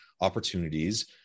opportunities